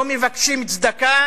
לא מבקשים צדקה